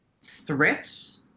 threats